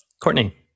Courtney